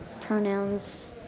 Pronouns